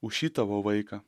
už šį tavo vaiką